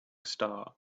star